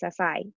SSI